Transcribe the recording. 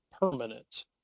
permanent